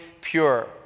pure